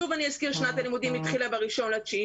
שוב אני אזכיר, שנת הלימודים התחילה ב-1.9.